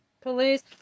police